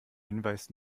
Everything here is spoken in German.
hinweis